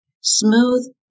Smooth